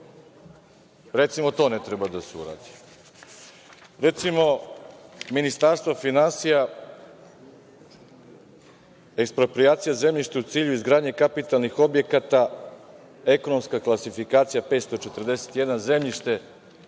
Recimo, to ne treba da se uradi. Recimo, Ministarstvo finansija, eksproprijacija zemljišta u cilju izgradnje kapitalnih objekata, ekonomska klasifikacija 541 zemljište,